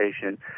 patient